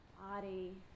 body